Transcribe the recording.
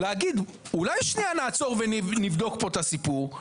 להגיד אולי שנייה נעצור ונבדוק פה את הסיפור?